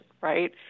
right